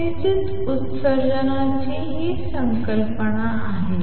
तर उत्तेजित उत्सर्जनाची ही संकल्पना आहे